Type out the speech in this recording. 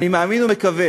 אני מאמין ומקווה